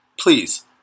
please